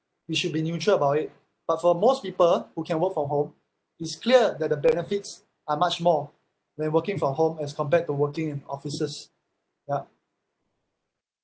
we should be neutral about it but for most people who can work from home it's clear that the benefits are much more when working from home as compared to working in offices ya